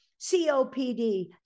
COPD